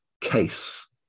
CASE